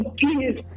please